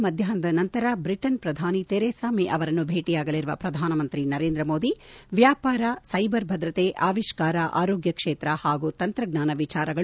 ಇಂದು ಮಧ್ಡಾಹ್ನ ನಂತರ ಬ್ರಿಟನ್ ಪ್ರಧಾನಿ ತೆರೆಸಾ ಮೇ ಅವರನ್ನು ಭೇಟಿಯಾಗಲಿರುವ ಪ್ರಧಾನಮಂತ್ರಿ ನರೇಂದ್ರ ಮೋದಿ ವ್ಯಾಪಾರ ಸೈಬರ್ ಭದ್ರತೆ ಆವಿಷ್ಣರ ಆರೋಗ್ಯ ಕ್ಷೇತ್ರ ಹಾಗೂ ತಂತ್ರಜ್ವಾನ ವಿಚಾರಗಳು ಪ್ರಮುಖ ಕಾರ್ಯಸೂಚಿ